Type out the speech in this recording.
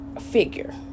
figure